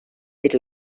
bir